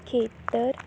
ਖੇਤਰ